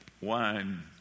wine